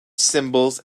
symbols